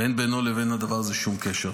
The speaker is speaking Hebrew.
ואין בינו לבין הדבר הזה שום קשר.